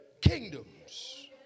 kingdoms